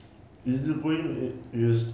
easy-going it is